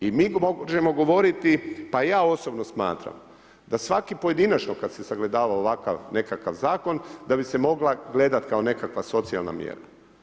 I mi možemo govoriti pa ja osobno smatram da svaki pojedinačno kad se sagledava ovakav nekakav zakon da bi se mogla gledat kao nekakva socijalna mjera.